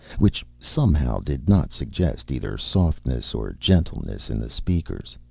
which somehow did not suggest either softness or gentleness in the speakers.